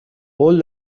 قول